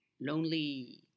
lonely